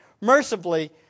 mercifully